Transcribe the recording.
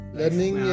learning